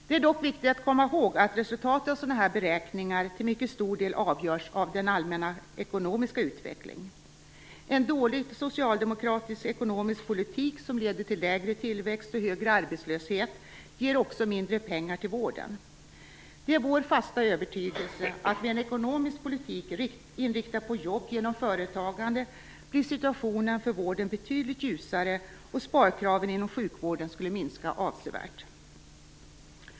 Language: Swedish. Det är dock viktigt att komma ihåg att resultatet av sådana här beräkningar till mycket stor del avgörs av den allmänna ekonomiska utvecklingen. En dålig socialdemokratisk ekonomisk politik, som leder till lägre tillväxt och högre arbetslöshet, ger också mindre pengar till vården. Det är vår fasta övertygelse, att med en ekonomisk politik inriktad på jobb genom företagande blir situationen för vården betydligt ljusare, och sparkraven inom sjukvården skulle minska avsevärt.